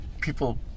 people